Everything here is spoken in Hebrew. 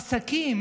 עסקים,